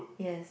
yes